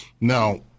Now